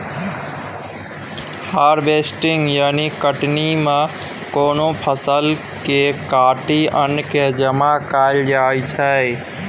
harvesting यानी कटनी मे कोनो फसल केँ काटि अन्न केँ जमा कएल जाइ छै